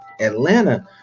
Atlanta